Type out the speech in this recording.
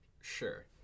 Sure